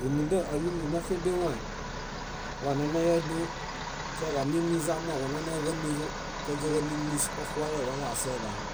Rúmunda álulunaxedẽwahe, wanenaya dóo, kiaġe ámimizo amooġo nánaġamiro káźaġamimis oxuale walaoseḃale.